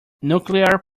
nuclear